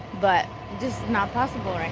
but just not possible right